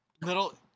Little